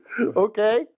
Okay